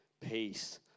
peace